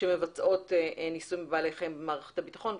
שמבצעות ניסויים בבעלי חיים במערכת הביטחון,